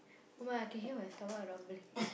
!oh-my! I can hear my stomach rumbling